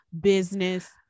business